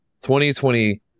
2020